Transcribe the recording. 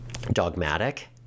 dogmatic